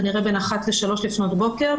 כנראה בין 01:00 ל-03:00 לפנות בוקר.